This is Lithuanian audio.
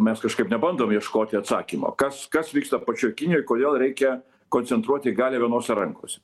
mes kažkaip nebandom ieškoti atsakymo kas kas vyksta pačioj kinijoj kodėl reikia koncentruoti galią vienose rankose